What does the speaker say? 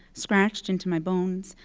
scratched into my bones,